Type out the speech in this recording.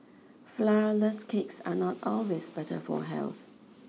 flourless cakes are not always better for health